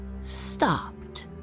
stopped